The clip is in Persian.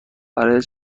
برای